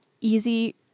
easy